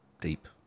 Deep